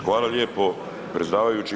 Hvala lijepo predsjedavajući.